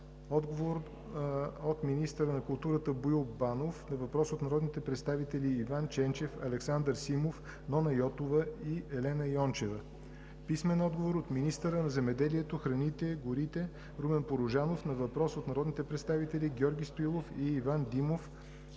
Витанов; - от министъра на културата Боил Банов на въпрос от народните представители Иван Ченчев, Александър Симов, Нона Йотова и Елена Йончева; - от министъра на земеделието, храните и горите Румен Порожанов на въпрос от народните представители Георги Стоилов и Иван Димов